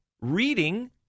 reading